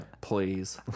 please